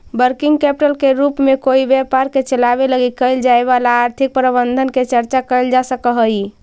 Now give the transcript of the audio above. working capital के रूप में कोई व्यापार के चलावे लगी कैल जाए वाला आर्थिक प्रबंधन के चर्चा कैल जा सकऽ हई